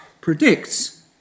predicts